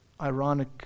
ironic